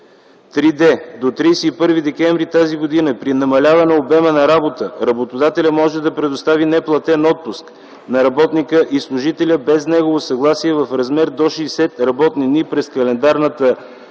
3д. До 31 декември т.г. при намаляване обема на работа работодателят може да предостави неплатен отпуск на работника и служителя без негово съгласие в размер до 60 работни дни през календарната година,